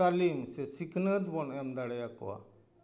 ᱛᱟᱹᱞᱤᱢ ᱥᱮ ᱥᱤᱠᱷᱟᱹᱱᱟᱹᱛ ᱵᱚᱱ ᱮᱢ ᱫᱟᱲᱮᱭᱟᱠᱚᱣᱟ